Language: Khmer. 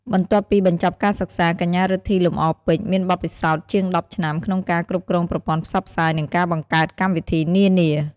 បន្ទាប់ពីបញ្ចប់ការសិក្សា កញ្ញា រិទ្ធី លំអរពេជ្រ មានបទពិសោធន៍ជាង ១០ ឆ្នាំក្នុងការ គ្រប់គ្រងប្រព័ន្ធផ្សព្វផ្សាយ និងការបង្កើតកម្មវិធីនានា។